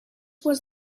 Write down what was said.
was